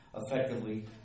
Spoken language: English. effectively